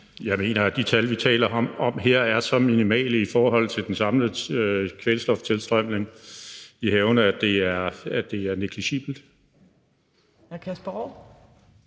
Jeg mener, at de tal, vi taler om her, er så minimale i forhold til den samlede kvælstoftilstrømning i havene, at det er negligibelt.